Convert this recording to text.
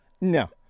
No